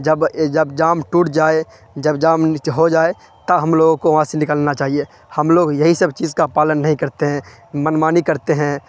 جب جب جام ٹوٹ جائے جب جام نچ ہو جائے تب ہم لوگوں کو وہاں سے نکلنا چاہیے ہم لوگ یہی سب چیز کا پالن نہیں کرتے ہیں منمانی کرتے ہیں